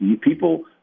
People